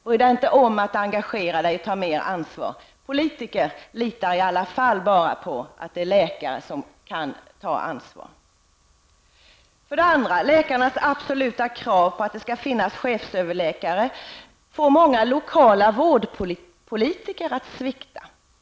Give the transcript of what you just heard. Bry dig inte om att engagera dig och ta mer ansvar, politiker litar i alla fall bara på att det är läkare som kan ta ansvar! Läkarnas absoluta krav på att det skall finnas chefsöverläkare får många lokala vårdpolitiker att svikta.